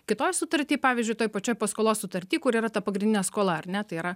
kitoj sutarty pavyzdžiui toj pačioj paskolos sutarty kur yra ta pagrindinė skola ar ne tai yra